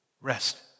Rest